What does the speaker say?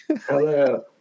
Hello